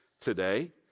today